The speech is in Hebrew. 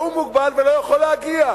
והוא מוגבל ולא יכול להגיע.